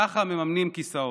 ככה מממנים כיסאות.